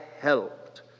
helped